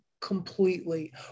completely